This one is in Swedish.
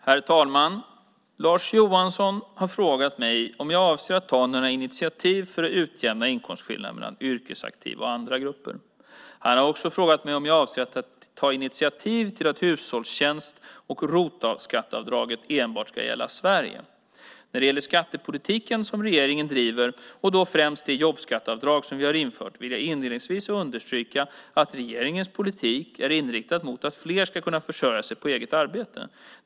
Herr talman! Lars Johansson har frågat mig om jag avser att ta några initiativ för att utjämna skatteskillnaden mellan yrkesaktiva och andra grupper. Han har också frågat mig om jag avser att ta initiativ till att hushållstjänst och ROT-skatteavdraget enbart ska gälla i Sverige. När det gäller den skattepolitik som regeringen driver och då främst det jobbskatteavdrag som vi har infört vill jag inledningsvis understryka att regeringens politik är inriktad mot att fler ska kunna försörja sig på eget arbete.